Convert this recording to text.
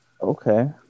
Okay